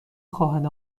خواهد